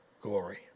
glory